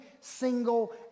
single